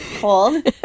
cold